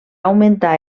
augmentar